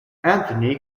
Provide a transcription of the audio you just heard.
anthony